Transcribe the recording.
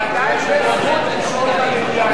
ועדיין יש זכות לשאול את המליאה.